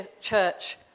church